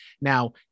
Now